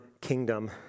kingdom